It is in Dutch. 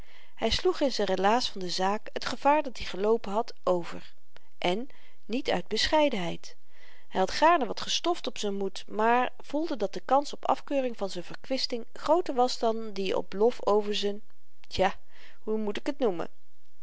hy sloeg in z'n relaas van de zaak t gevaar dat-i geloopen had over en niet uit bescheidenheid hy had gaarne wat gestoft op z'n moed maar voelde dat de kans op afkeuring van z'n verkwisting grooter was dan die op lof over z'n ja hoe moet ik t noemen